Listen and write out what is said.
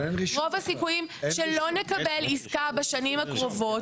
רוב הסיכויים שלא נקבל עסקה בשנים הקרובות.